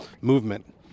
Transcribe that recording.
movement